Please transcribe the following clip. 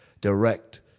direct